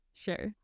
Sure